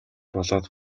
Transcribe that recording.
болоод